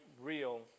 real